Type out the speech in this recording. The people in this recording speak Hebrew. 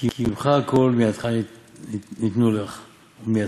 'כי ממך הכל ומידך נתנו לך'.